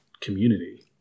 community